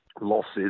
losses